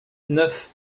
neuf